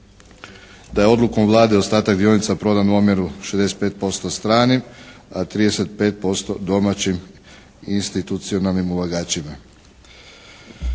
Da je odlukom Vlade ostatak dionica prodan u omjeru 65% stranim, a 35% domaćim institucionalnim ulagačima.